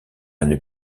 une